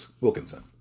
Wilkinson